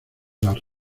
las